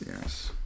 yes